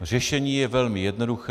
Řešení je velmi jednoduché.